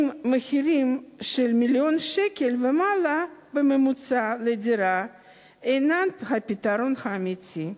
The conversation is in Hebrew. עם מחירים של מיליון שקל ומעלה בממוצע לדירה אינן הפתרון האמיתי.